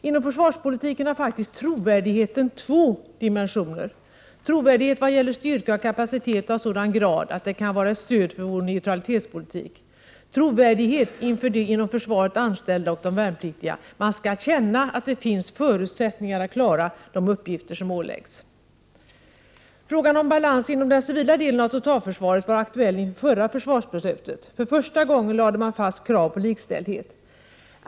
Inom försvarspolitiken har faktiskt trovärdigheten två dimensioner: trovärdighet i vad gäller styrka och kapacitet av sådan grad att den kan vara ett stöd för vår neutralitetspolitik och trovärdighet inför de inom försvaret 18 anställda och inför de värnpliktiga. Man skall känna att det finns förutsättningar att klara de uppgifter som åläggs. Frågan om balans inom den civila delen av totalförsvaret var aktuell inför Prot. 1988/89:121 det förra försvarsbeslutet. För första gången lade man fast krav på 25 maj 1989 likställdhet.